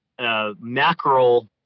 mackerel